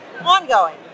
ongoing